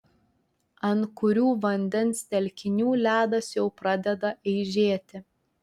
ant kurių vandens telkinių ledas jau pradeda eižėti